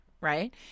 right